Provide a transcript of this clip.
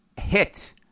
hit